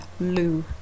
lou